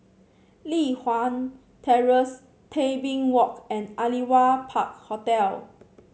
Li Hwan Terrace Tebing Walk and Aliwal Park Hotel